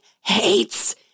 hates